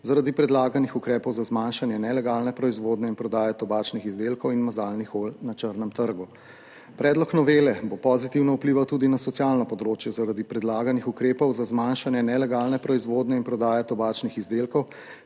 zaradi predlaganih ukrepov za zmanjšanje nelegalne proizvodnje in prodaje tobačnih izdelkov in mazalnih olj na črnem trgu. Predlog novele bo pozitivno vplival tudi na socialno področje zaradi predlaganih ukrepov za zmanjšanje nelegalne proizvodnje in prodaje tobačnih izdelkov,